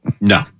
No